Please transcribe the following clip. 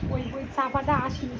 ওই বই চাপাটা আসেনি